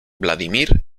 vladimir